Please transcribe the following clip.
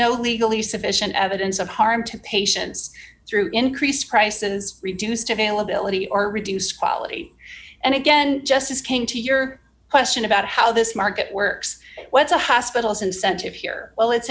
no legally sufficient evidence of harm to patients through increased prices reduced availability or reduced quality and again just as came to your question about how this market works what's the hospital's incentive here well it's